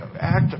act